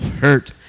hurt